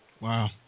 Wow